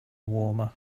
warmer